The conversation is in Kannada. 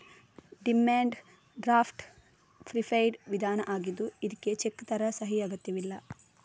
ಡಿಮ್ಯಾಂಡ್ ಡ್ರಾಫ್ಟ್ ಪ್ರಿಪೇಯ್ಡ್ ವಿಧಾನ ಆಗಿದ್ದು ಇದ್ಕೆ ಚೆಕ್ ತರ ಸಹಿ ಅಗತ್ಯವಿಲ್ಲ